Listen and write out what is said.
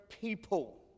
people